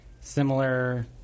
Similar